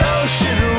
ocean